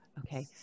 Okay